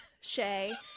Shay